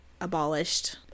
abolished